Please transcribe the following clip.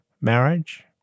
marriage